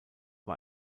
war